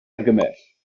argymell